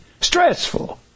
Stressful